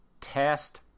test